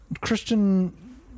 Christian